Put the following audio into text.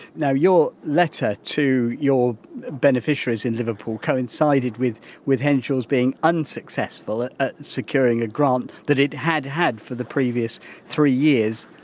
your letter to your beneficiaries in liverpool coincided with with henshaws being unsuccessful at at securing a grant that it had had for the previous three years,